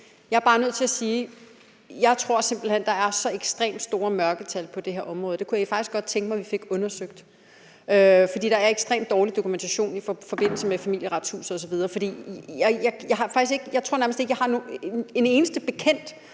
Jeg er bare nødt til at sige, at jeg simpelt hen tror, der er så ekstremt store mørketal på det her område, og at jeg faktisk godt kunne tænke mig, at vi fik det undersøgt. For der er en ekstremt dårlig dokumentation i forbindelse med Familieretshuset osv. Ja, jeg tror nærmest ikke, jeg har en eneste bekendt,